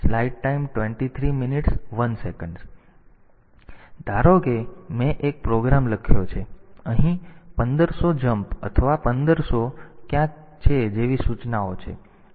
તેથી તે આના જેવું છે ધારો કે મેં એક પ્રોગ્રામ લખ્યો છે અહીં 1500 જમ્પ અથવા 1500 અહીં ક્યાંક છે જેવી સૂચના છે